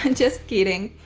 and just kidding!